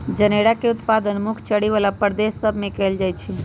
जनेरा के उत्पादन मुख्य चरी बला प्रदेश सभ में कएल जाइ छइ